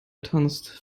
tanzt